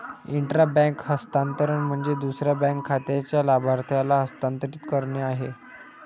intra bank हस्तांतरण म्हणजे दुसऱ्या बँक खात्याच्या लाभार्थ्याला हस्तांतरित करणे आहे